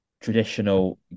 traditional